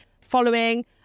following